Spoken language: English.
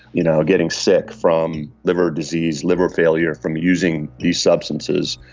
you know, getting sick from liver disease, liver failure from using these substances.